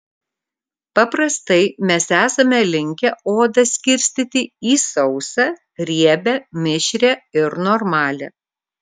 paprastai mes esame linkę odą skirstyti į sausą riebią mišrią ir normalią